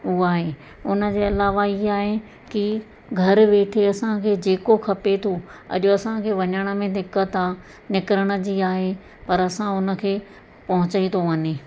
उहा ई उन जे अलावा इहा आहे की घरु वेठे असांखे जेको खपे थो अॼु असांखे वञण में दिक़त आहे निकिरण जी आहे पर असां उन खे पहुची थो वञे